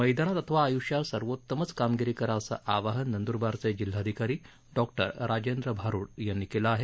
मैदानात अथवा आय्ष्यात सर्वोत्तमच कामगीरी करा असं आवाहन नंद्रबारचे जिल्हाअधिकारी डॉक्टर राजेंद्र भारूड यांनी केलं आहे